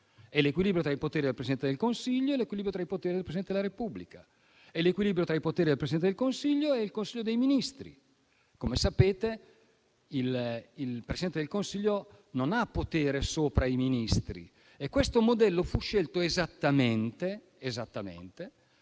È l'equilibrio tra i poteri del Presidente del Consiglio e del Presidente della Repubblica, l'equilibrio tra i poteri del Presidente del Consiglio e del Consiglio dei ministri. Come sapete, il Presidente del Consiglio non ha potere sopra i Ministri e questo modello fu scelto allora ed è peraltro